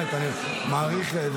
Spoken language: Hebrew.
אני באמת מעריך.